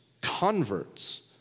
Converts